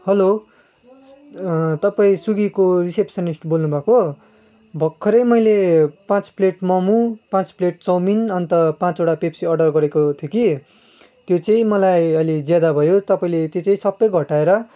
hello तपाईँ स्विगीको receptionist बोल्नुभएको भर्खरै मैले पाँच प्लेट मोमो पाँच प्लेट चौमिन अन्त पाँचवटा पेप्सी अर्डर गरेको थिएँ कि त्यो चाहिँ मलाई अलि ज्यादा भयो तपाईँले त्यो चाहिँ सबै घटाएर